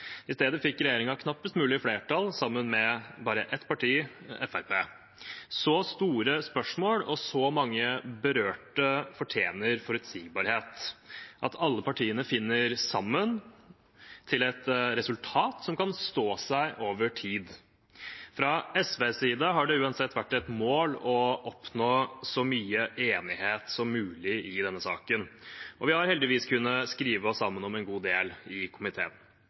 I stedet fikk regjeringen knappest mulig flertall, sammen med bare ett parti, Fremskrittspartiet. Så store spørsmål og så mange berørte fortjener forutsigbarhet, at alle partiene finner sammen til et resultat som kan stå seg over tid. Fra SVs side har det uansett vært et mål å oppnå så mye enighet som mulig i denne saken, og vi har heldigvis kunnet skrive oss sammen om en god del i komiteen.